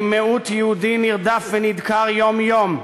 עם מיעוט יהודי נרדף ונדקר יום-יום,